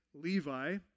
Levi